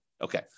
Okay